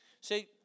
See